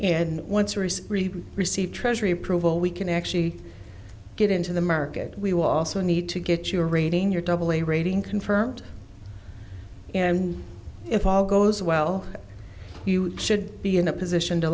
and once or receive treasury approval we can actually get into the market we will also need to get your rating your double a rating confirmed and if all goes well you should be in a position to